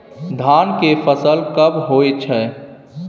धान के फसल कब होय छै?